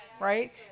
right